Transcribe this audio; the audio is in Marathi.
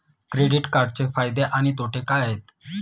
क्रेडिट कार्डचे फायदे आणि तोटे काय आहेत?